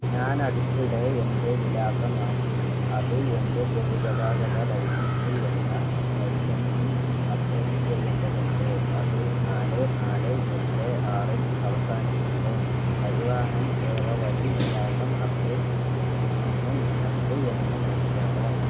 ഞാൻ അടുത്ത ഇടയിൽ എൻ്റെ വിലാസം മാറ്റി അത് എൻ്റെ പൊതുഗതാഗത ലൈസൻസ് എന്ന ലൈസൻസിൽ അപ്ഡേറ്റ് ചെയ്യേണ്ടതുണ്ട് അത് നാല് നാല് എട്ട് ആറിൽ അവസാനിക്കുന്നു പരിവാഹൻ സേവ വഴി വിലാസം അപ്ഡേറ്റ് ചെയ്യുന്നതിന് നിങ്ങൾക്ക് എന്നെ നയിക്കാമോ